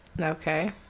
Okay